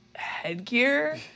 Headgear